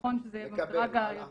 נכון שזה יהיה במדרג היותר נמוך.